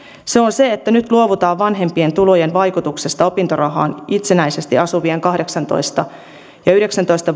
se on se että nyt luovutaan vanhempien tulojen vaikutuksesta opintorahaan itsenäisesti asuvien kahdeksantoista viiva yhdeksäntoista